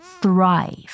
thrive